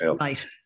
Right